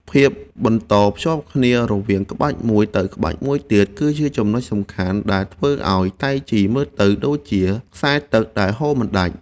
ភាពបន្តភ្ជាប់គ្នារវាងក្បាច់មួយទៅក្បាច់មួយទៀត គឺជាចំណុចសំខាន់ដែលធ្វើឱ្យតៃជីមើលទៅដូចជាខ្សែទឹកដែលហូរមិនដាច់។